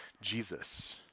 Jesus